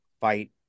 fight